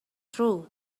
through